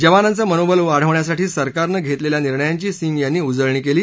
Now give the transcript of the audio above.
जवानांचं मनोबल वाढवण्यासाठी सरकारनं घेतलेल्या निर्णयांची सिंह यांनी उजळणी केली